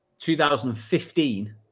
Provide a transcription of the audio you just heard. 2015